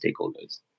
stakeholders